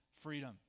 freedom